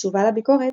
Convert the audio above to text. כתשובה לביקורת,